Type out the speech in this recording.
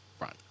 run